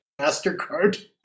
MasterCard